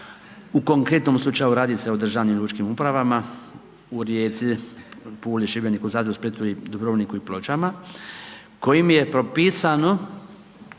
u konkretnom slučaju radi se o državnim lučkim upravama u Rijeci, Puli, Šibeniku, Zadru, Splitu i Dubrovniku i Pločama kojim je propisano